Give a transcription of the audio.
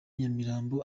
nyamirambo